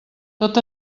tot